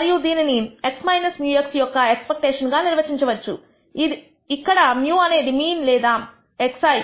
మరియు దీనిని x - μxయొక్క ఎక్స్పెక్టేషన్ గా నిర్వచించవచ్చు ఇక్కడ μ అనేది మీన్ లేదా xi